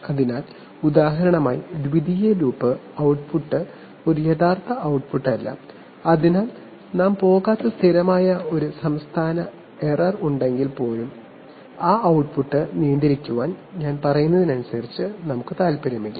അതിനാൽ ഉദാഹരണമായി ദ്വിതീയ ലൂപ്പ് output ട്ട്പുട്ട് ഒരു യഥാർത്ഥ output ട്ട്പുട്ട് അല്ല അതിനാൽ സ്ഥിരമായ ഒരു state പിശക് ഉണ്ടെങ്കിൽപ്പോലും ആ output ട്ട്പുട്ട് നിയന്ത്രിക്കാൻ താൽപ്പര്യമില്ല